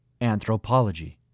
anthropology